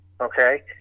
Okay